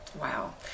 wow